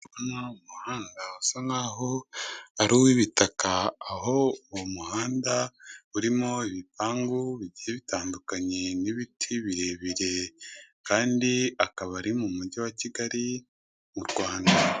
Asa nkaho ari uw'ibitaka, aho uwo muhanda urimo ibipangu bigiye bitandukanye n'ibiti birebire, kandi akaba ari mu mujyi wa Kigali, mu Rwanda.